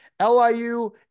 LIU